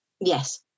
Yes